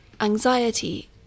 Anxiety